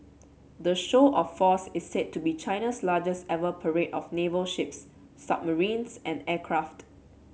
the show of force is said to be China's largest ever parade of naval ships submarines and aircraft